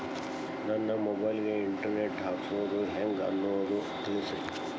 ನನ್ನ ಮೊಬೈಲ್ ಗೆ internet ಹಾಕ್ಸೋದು ಹೆಂಗ್ ಅನ್ನೋದು ತಿಳಸ್ರಿ